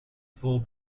full